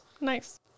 Nice